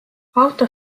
auto